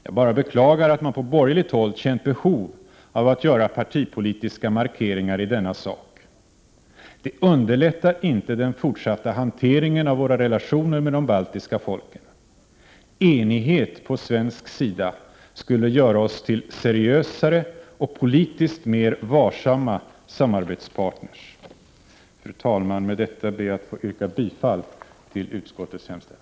Jag bara beklagar att man på borgerligt håll känt behov av att göra partipolitiska markeringar i denna sak. Det underlättar inte den fortsatta hanteringen av våra relationer med de baltiska folken. Enighet på svensk sida skulle göra oss till seriösare och politiskt mer varsamma samarbetspartner. Fru talman! Med det anförda ber jag att få yrka bifall till utskottets hemställan.